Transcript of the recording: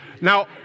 Now